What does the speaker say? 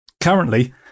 Currently